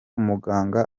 muganga